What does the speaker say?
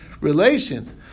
relations